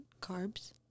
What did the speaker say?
carbs